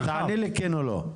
תעני לי רק בכן או לא.